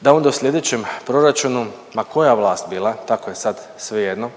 da onda u slijedećem proračunu pa koja vlast bila, tako je sad svejedno